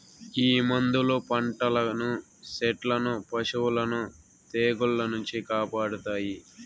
ఈ మందులు పంటలను సెట్లను పశులను తెగుళ్ల నుంచి కాపాడతాయి